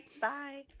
bye